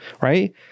right